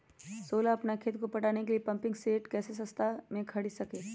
सोलह अपना खेत को पटाने के लिए पम्पिंग सेट कैसे सस्ता मे खरीद सके?